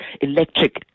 electric